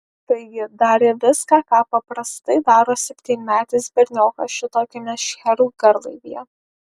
taigi darė viską ką paprastai daro septynmetis berniokas šitokiame šcherų garlaivyje